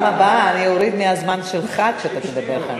בפעם הבאה אני אוריד מהזמן שלך כשאתה תדבר כאן.